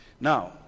Now